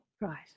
right